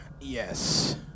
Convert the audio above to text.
Yes